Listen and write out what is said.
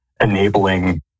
enabling